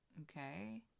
Okay